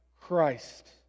Christ